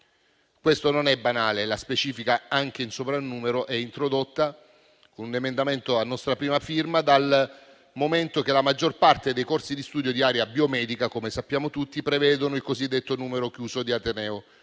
Questo non è banale: la specifica «anche in sovrannumero» è stata introdotta con un emendamento a nostra prima firma, dal momento che la maggior parte dei corsi di studio di area biomedica - come sappiamo tutti - prevede il cosiddetto numero chiuso di ateneo,